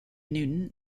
newton